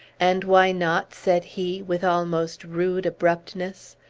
and why not? said he, with almost rude abruptness.